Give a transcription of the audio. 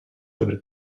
sobre